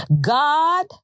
God